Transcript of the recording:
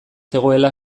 zegoela